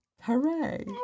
Hooray